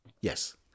Yes